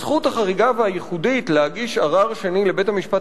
הזכות החריגה והייחודית להגיש ערר שני לבית-המשפט